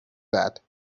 that